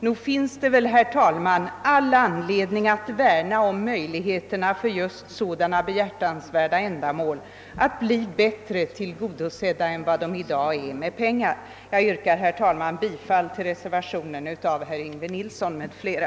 Nog finns det anledning, herr talman, att värna om möjligheterna att bättre tillgodose sådana behjärtansvärda ändamål än som är möjligt i dag. Jag yrkar, herr talman, bifall till reservationen av herr Yngve Nilsson m.fl.